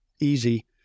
easy